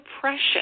precious